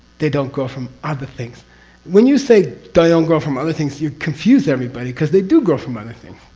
they don't go from other things when you say don't grow from other things you confuse everybody because they do grow from other things.